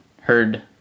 heard